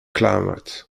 climate